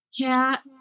cat